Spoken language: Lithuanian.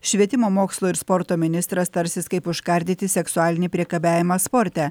švietimo mokslo ir sporto ministras tarsis kaip užkardyti seksualinį priekabiavimą sporte